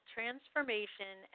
Transformation